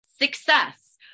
success